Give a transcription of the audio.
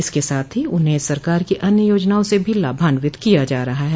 इसके साथ ही उन्हें सरकार की अन्य योजनाओं से भी लाभान्वित किया जा रहा है